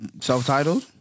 Self-titled